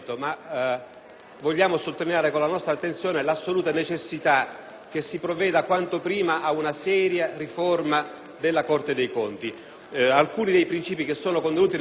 che si provveda quanto prima ad una seria riforma della Corte dei conti. Alcuni dei principi che sono contenuti nell'articolo 9, in realtà, sono condivisibili e altri no,